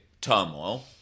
turmoil